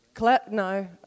No